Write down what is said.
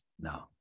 No